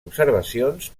observacions